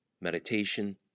meditation